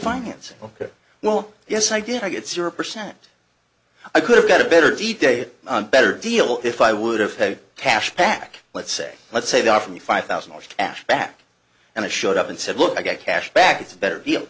finances ok well yes i did i get zero percent i could have got a better day better deal if i would have paid cash back let's say let's say they offered me five thousand dollars cash back and it showed up and said look i got cash back it's a better deal